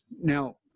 Now